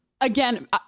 Again